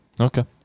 Okay